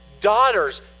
daughters